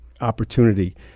opportunity